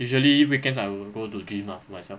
usually weekends I will go to gym ah for myself